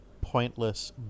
pointless